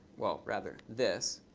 well, rather this.